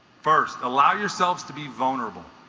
first allow yourselves to be vulnerable